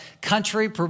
country